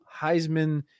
Heisman